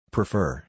Prefer